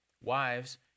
wives